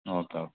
okay okay